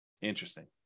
Interesting